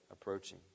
approaching